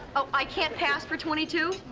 oh, i can't pass for twenty two?